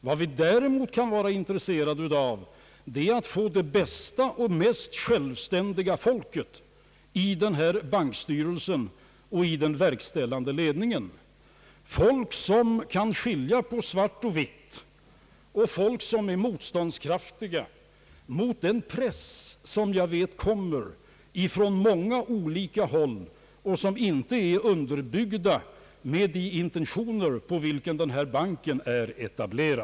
Vad vi däremot kan vara intresserade av är att få det bästa och mest självständiga folket i bankstyrelsen och i den verkställande ledningen, människor som kan skilja på svart och vitt, som är motståndskraftiga mot den press, som jag vet kommer från många olika håll, och som inte är underbyggda med de intentioner på vilka denna bank är etablerad.